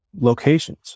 locations